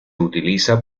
utiliza